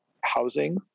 housing